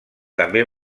també